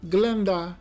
Glenda